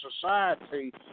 society